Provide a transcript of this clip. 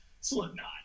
Slipknot